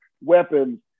weapons